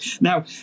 Now